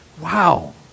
wow